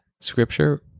scripture